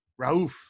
Rauf